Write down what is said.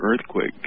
earthquake